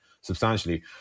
substantially